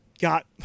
got